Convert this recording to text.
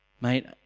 mate